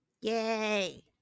Yay